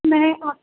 ਮੈਂ ਆ